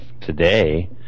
today